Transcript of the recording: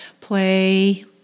play